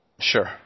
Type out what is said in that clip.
Sure